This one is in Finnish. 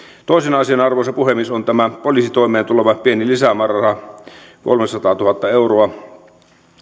toisena asiana arvoisa puhemies on tämä poliisitoimeen tuleva pieni lisämääräraha kolmesataatuhatta euroa